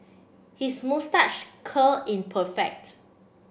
his moustache curl in perfect